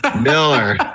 Miller